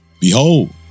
Behold